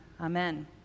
Amen